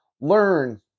learn